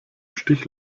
stich